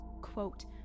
quote